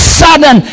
sudden